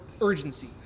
urgency